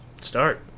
Start